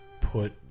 put